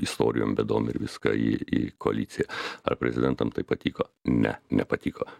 istorijom bėdom ir viską į į koaliciją ar prezidentam tai patiko ne nepatiko